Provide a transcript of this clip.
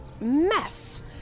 mess